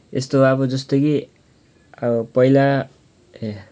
यस्तो अब जस्तो कि अब पहिला